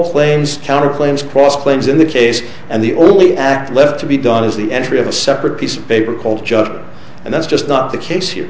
claims counter claims cost claims in the case and the only act left to be done is the entry of a separate piece of paper called just and that's just not the case